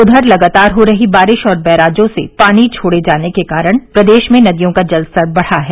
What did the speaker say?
उधर लगातार हो रही बारिश और बैराजों से पानी छोड़े जाने के कारण प्रदेश में नदियों का जलस्तर बढ़ रहा है